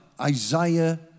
Isaiah